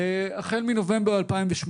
החל מנובמבר 2018